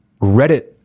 Reddit